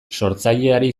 sortzaileari